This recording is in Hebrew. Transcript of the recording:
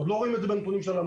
עוד לא רואים את זה בנתוני הלמ"ס.